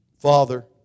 Father